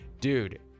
Dude